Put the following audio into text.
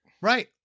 Right